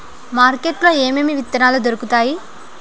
market లో ఏమేమి విత్తనాలు దొరుకుతాయి